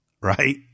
Right